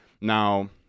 Now